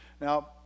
Now